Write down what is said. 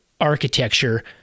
architecture